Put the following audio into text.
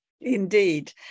Indeed